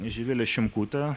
živilę šimkutę